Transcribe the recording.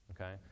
Okay